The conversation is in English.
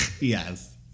Yes